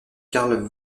karl